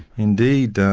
indeed.